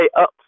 up